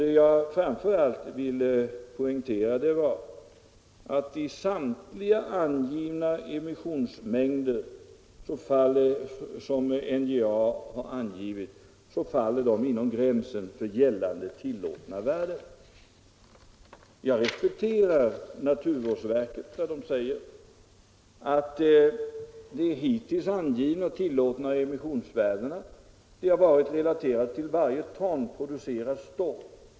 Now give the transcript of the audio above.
Det jag speciellt ville poängtera var att samtliga emissionsmängder som NJA har angivit faller inom gränsen för gällande tillåtna värden. Jag respekterar givetvis vad naturvårdsverket säger. Men hittills angivna tillåtna emissionsvärden har varit relaterade till varje ton producerat stål.